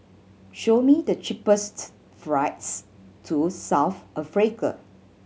show me the cheapest flights to South Africa